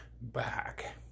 back